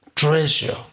Treasure